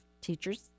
teachers